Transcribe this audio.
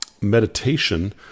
Meditation